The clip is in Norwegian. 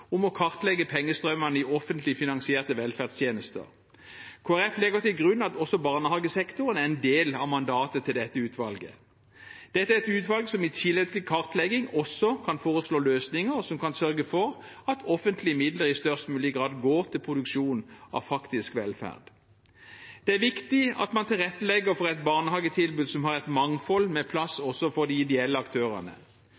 om å kartlegge pengestrømmene i offentlig finansierte velferdstjenester. Kristelig Folkeparti legger til grunn at også barnehagesektoren er en del av mandatet til dette utvalget. Dette er et utvalg som i tillegg til kartlegging også kan foreslå løsninger som kan sørge for at offentlige midler i størst mulig grad går til produksjon av faktisk velferd. Det er viktig at man tilrettelegger for et barnehagetilbud som har et mangfold med plass